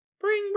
bring